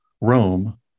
Rome